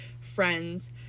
friends